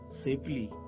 safely